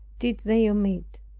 did they omit.